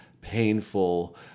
painful